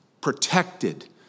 protected